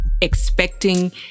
expecting